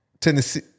Tennessee